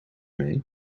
mee